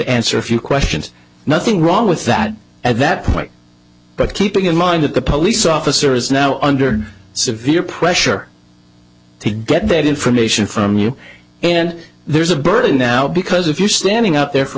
answer a few questions nothing wrong with that at that point but keeping in mind that the police officer is now under severe pressure to get that information from you and there's a burden now because if you standing up there for a